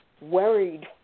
worried